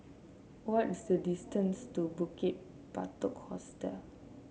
what is the distance to Bukit Batok Hostel